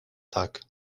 tak